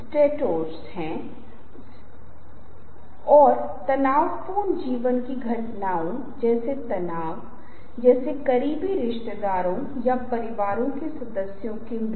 इसलिए आज हम जिस पहली चीज पर ध्यान केंद्रित करने जा रहे हैं वह प्रस्तुति के संदर्भ में पर है